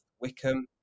Wickham